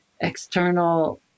external